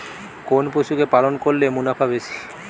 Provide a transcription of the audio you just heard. কোন পশু কে পালন করলে মুনাফা বেশি?